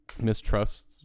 mistrust